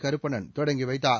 கருப்பண்ணன் தொடங்கி வைத்தார்